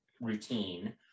routine